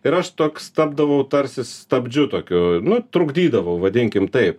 ir aš toks tapdavau tarsi stabdžiu tokių nu trukdydavau vadinkim tai